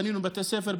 בנינו בתי ספר,